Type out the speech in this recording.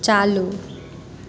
ચાલુ